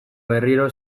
berriro